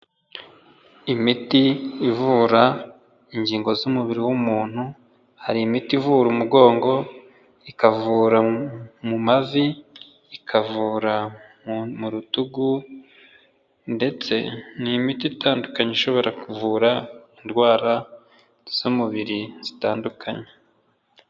Imiti ivura ingingo z'umubiri w'umuntu, hari imiti ivura umugongo, ikavura mu mavi, ikavura mu rutugu, ndetse ni imiti itandukanye ishobora kuvura indwara z'umubiri zitandukanye.